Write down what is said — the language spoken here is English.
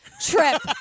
trip